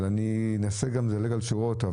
אני אנסה לדלג על שורות.